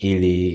Ili